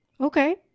Okay